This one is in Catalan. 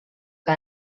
que